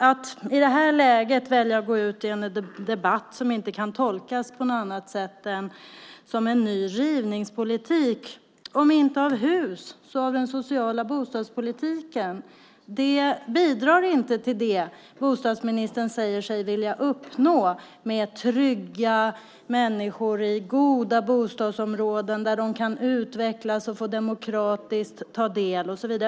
Att i det läget välja att gå ut i en debatt som inte kan tolkas på något annat sätt än som en ny rivningspolitik, om inte av hus så av den sociala bostadspolitiken, bidrar inte till det bostadsministern säger sig vilja uppnå, nämligen trygga människor i goda bostadsområden där de kan utvecklas och få delta demokratiskt och så vidare.